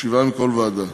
שבעה מכל ועדה,